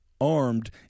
armed